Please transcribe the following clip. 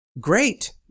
Great